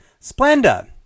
Splenda